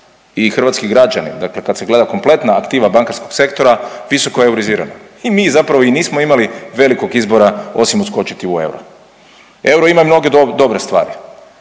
i hrvatski građani dakle kada se gleda kompletna aktiva bankarskog sektora visoko euroizirana. I mi zapravo i nismo imali velikog izbora osim uskočiti u euro. Euro ima mnoge dobre stvari.